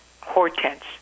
Hortense